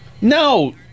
no